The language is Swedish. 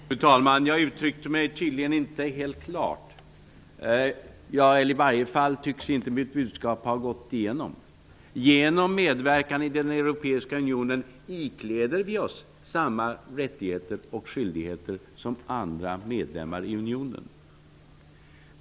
Fru talman! Jag uttryckte mig tydligen inte helt klart. I varje fall tycks inte mitt budskap ha gått fram. Genom medverkan i den europeiska unionen ikläder vi oss samma rättigheter och skyldigheter som andra medlemmar i unionen.